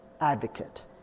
advocate